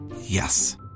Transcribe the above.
Yes